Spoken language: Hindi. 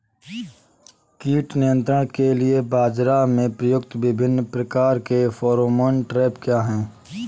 कीट नियंत्रण के लिए बाजरा में प्रयुक्त विभिन्न प्रकार के फेरोमोन ट्रैप क्या है?